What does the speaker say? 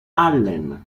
allen